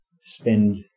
spend